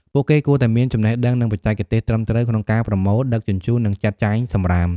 ពួកគេគួរតែមានចំណេះដឹង និងបច្ចេកទេសត្រឹមត្រូវក្នុងការប្រមូល ដឹកជញ្ជូន និងចាត់ចែងសំរាម។